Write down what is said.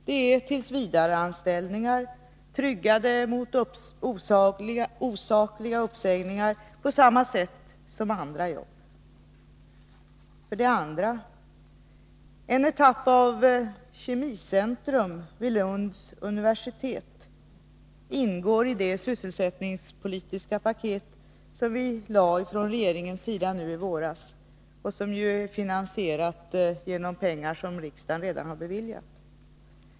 Det är tillsvidareanställningar, tryggade mot osakliga uppsägningar på samma sätt som andra jobb. För det andra: En etapp av kemicentrum vid Lunds universitet ingår i det sysselsättningspolitiska paket som vi lade fram från regeringens sida nu i våras och som är finansierat genom pengar som riksdagen redan beviljat.